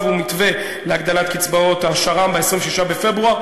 ומתווה להגדלת קצבאות השר"מ ב-26 בפברואר,